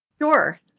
Sure